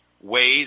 ways